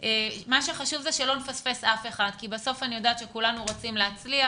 מה שחשוב זה שלא נפספס אף אחד כי בסוף אני יודעת שכולנו רוצים להצליח,